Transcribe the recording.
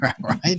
right